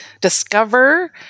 discover